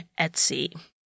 Etsy